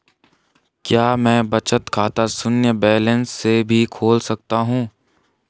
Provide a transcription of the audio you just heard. क्या मैं बचत खाता शून्य बैलेंस से भी खोल सकता हूँ?